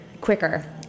quicker